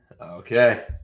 Okay